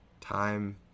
time